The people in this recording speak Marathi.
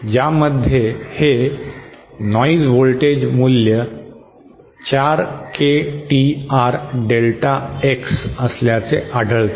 ज्यामधून हे नॉइज व्होल्टेज मूल्य 4KTR डेल्टा X असल्याचे आढळते